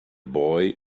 boy